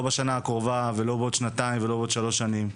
לא בשנה הקרובה, לא בעוד שנתיים ולא בעוד 3 שנים.